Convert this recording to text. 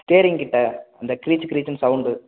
steering கிட்டே அந்த க்ரீச்சு க்ரீச்சுன்னு சவுண்டு